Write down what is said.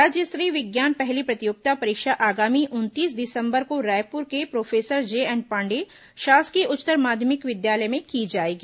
राज्य स्तरीय विज्ञान पहेली प्रतियोगिता परीक्षा आगामी उनतीस दिसम्बर को रायपुर के प्रोफेसर जेएन पाण्डे शासकीय उच्चतर माध्यमिक विद्यालय में की जाएगी